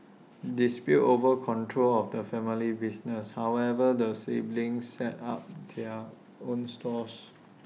disputes over control of the family business however the siblings set up their own stalls